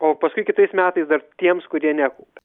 o paskui kitais metais dar tiems kurie nekaupia